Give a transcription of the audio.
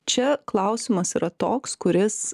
čia klausimas yra toks kuris